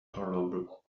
tolerable